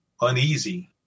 uneasy